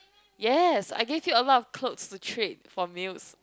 yes I give you a lot of clothes to trade for meals